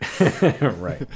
Right